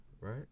Right